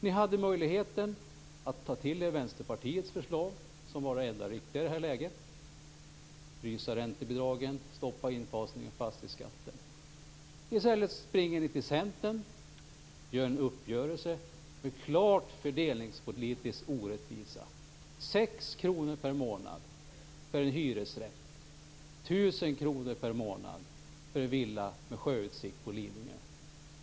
Ni hade möjligheten att ta till er Vänsterpartiets förslag som var det enda riktiga i det här läget, dvs. frysa räntebidragen och stoppa infasningen av fastighetsskatten. I stället springer ni till Centern och gör en uppgörelse med klar fördelningspolitisk orättvisa - 6 kr per månad för en hyresrätt och 1 000 kr per månad för en villa med sjöutsikt på Lidingö.